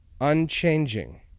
unchanging